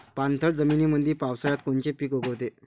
पाणथळ जमीनीमंदी पावसाळ्यात कोनचे पिक उगवते?